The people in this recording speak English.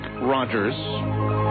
Rogers